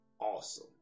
awesome